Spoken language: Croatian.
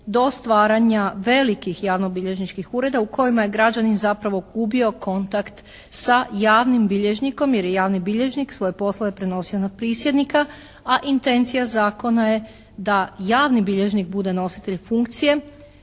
do stvaranja velikih javno-bilježničkih ureda u kojima je građanin zapravo gubio kontakt sa javnim bilježnikom jer je javni bilježnik svoje poslove prenosio na prisjednika a intencija zakona je da javni bilježnik bude nositelj funkcije